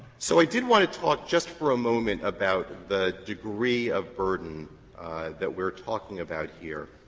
so i did want to talk just for a moment about the degree of burden that we're talking about here,